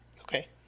okay